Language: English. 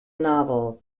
novel